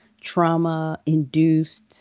trauma-induced